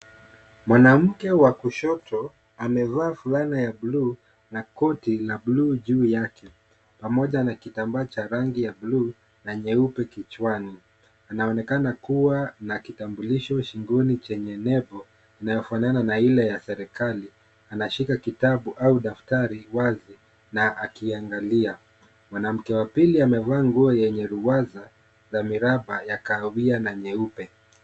Mwanamke wa kushoto amevaa fulana ya bluu na koti la bluu juu yake pamoja na kitambaa cha rangi ya bluu na nyeupe kichwani. Anaonekana kuwa na kitambulisho shingoni chenye nembo inayofanana na ile ya serekali. Anashika kitabu au daftari wazi na akiangalia. Mwanamke wa pili amevaa nguo yenye ruwaza na miraba ya kahawia na nyeupe.